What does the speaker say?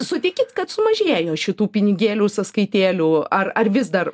sutikit kad sumažėjo šitų pinigėlių sąskaitėlių ar ar vis dar